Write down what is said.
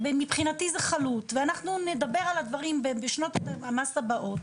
ומבחינתי זה חלוט ואנחנו נדבר על הדברים בשנות המס הבאות,